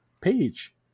page